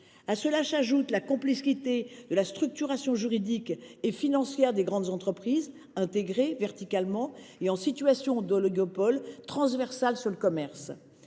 À cela s’ajoute la complexité de la structuration juridique et financière des grandes sociétés intégrées verticalement ou en situation d’oligopole transversal sur le commerce.